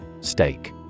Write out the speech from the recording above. Steak